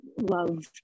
love